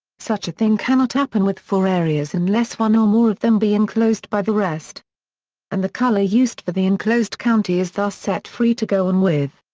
such a thing cannot happen with four areas unless one or more of them be inclosed by the rest and the color used for the inclosed county is thus set free to go on with.